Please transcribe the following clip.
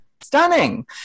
stunning